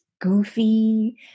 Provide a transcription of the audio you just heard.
goofy